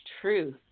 truth